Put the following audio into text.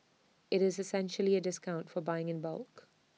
IT is essentially A discount for buying in bulk